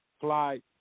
fly